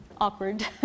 awkward